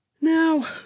now